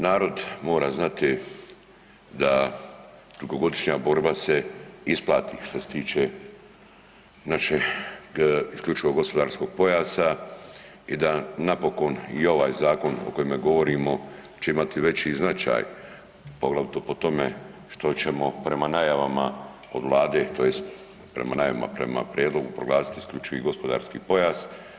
Narod mora znati da dugogodišnja borba se isplati što se tiče našeg isključivog gospodarskog pojasa i da napokon i ovaj zakon o kojem govorimo će imati veći značaj poglavito po tome što ćemo prema najavama od Vlade tj. prema najavama, prema prijedlogu proglasiti isključivi gospodarski pojas.